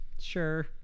Sure